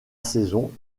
saison